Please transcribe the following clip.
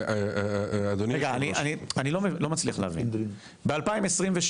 רגע, אני לא מצליח להבין, ב-2022,